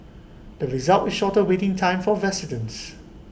the result with shorter waiting time for residents